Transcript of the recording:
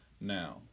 now